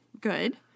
good